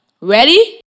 Ready